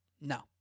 No